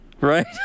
Right